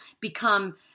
become